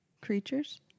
creatures